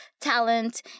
talent